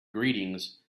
greetings